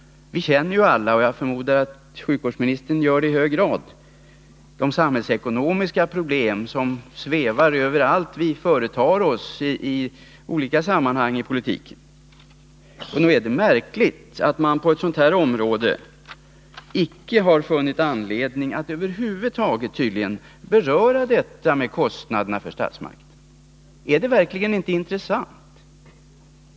Vi känner alla — och det förmodar jag att sjukvårdsministern i hög grad gör — de samhällsekonomiska problem som svävar över oss i allt vad vi företar oss i olika sammanhang i politiken. Nog är det märkligt att man på ett sådant område som det nu gäller tydligen över huvud taget inte har funnit anledning att beröra kostnaderna för statsmakterna. Är det verkligen inte intressant?